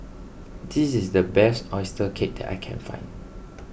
this is the best Oyster Cake that I can find